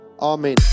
Amen